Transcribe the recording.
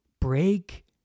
break